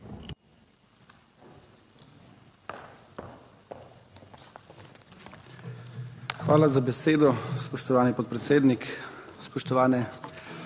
Hvala za besedo, spoštovani podpredsednik. Spoštovane